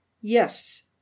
Yes